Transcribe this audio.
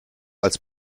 als